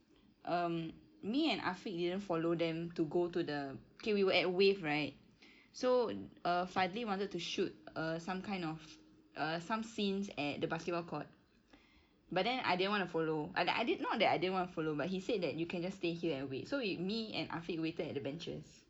um me and afiq didn't follow them to go to the okay we were at wave right so uh fadli wanted to shoot uh some kind of err some scenes at the basketball court but then I didn't want to follow I didn't not that I didn't want to follow but he said that you can just stay here and wait so we me and afiq waited at the benches